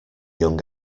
young